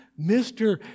Mr